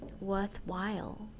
worthwhile